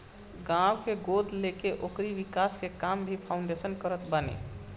गांव के गोद लेके ओकरी विकास के काम भी फाउंडेशन करत बाने